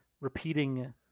repeating